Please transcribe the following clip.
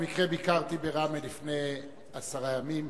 במקרה ביקרתי בראמה לפני עשרה ימים.